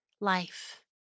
Life